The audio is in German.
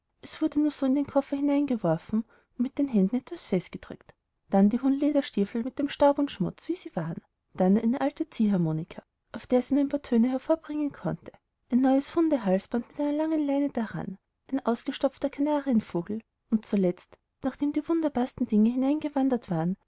es wurde nur so in den koffer hineingeworfen und mit den händen etwas festgedrückt dann die hohen lederstiefel mit staub und schmutz wie sie waren dann eine alte ziehharmonika auf der sie nur ein paar töne hervorbringen konnte ein neues hundehalsband mit einer langen leine daran ein ausgestopfter kanarienvogel und zuletzt nachdem die wunderbarsten dinge in den